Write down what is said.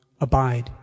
Abide